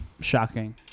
Shocking